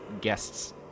guest's